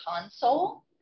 console